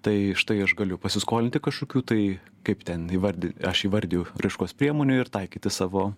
tai štai aš galiu pasiskolinti kažkokių tai kaip ten įvardi aš įvardiju raiškos priemonių ir taikyti savo